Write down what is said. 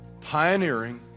pioneering